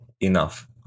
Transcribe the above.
enough